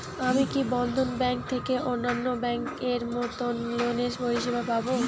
আমি কি বন্ধন ব্যাংক থেকে অন্যান্য ব্যাংক এর মতন লোনের পরিসেবা পাব?